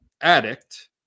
addict